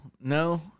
no